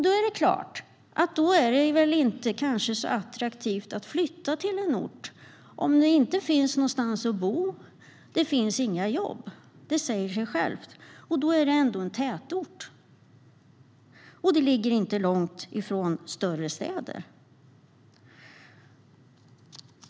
Det är klart att det kanske inte är så attraktivt att flytta till en ort om det inte finns någonstans att bo och det inte finns några jobb. Det säger sig självt. Och då är Degerfors ändå en tätort som inte ligger långt från större städer.